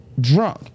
drunk